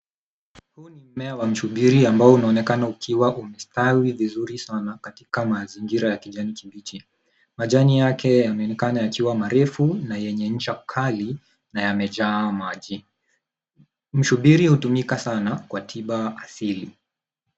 Huu ni mmea wa mshubiri ambao unaonekana ukiwa umestawi vizuri sana katika mazingira ya kijani kibichi. Majani yake yanaonekana yakiwa marefu na yenye ncha kali na yamejaa maji. Mshubiri hutumika sana kwa tiba asili.